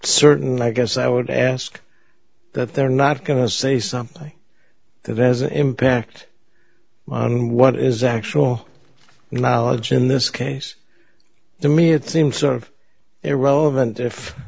certainly i guess i would ask that they're not going to say something that has an impact on what is actual knowledge in this case the me it seems sort of irrelevant if